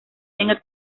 tenga